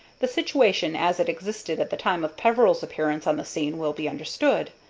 the situation as it existed at the time of peveril's appearance on the scene will be understood.